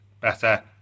better